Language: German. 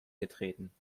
getreten